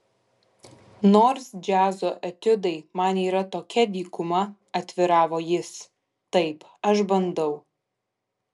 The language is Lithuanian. nors džiazo etiudai man yra tokia dykuma atviravo jis taip aš bandau